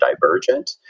divergent